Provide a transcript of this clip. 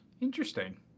Interesting